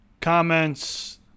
comments